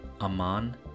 Aman